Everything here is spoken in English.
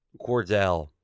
Cordell